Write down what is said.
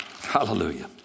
Hallelujah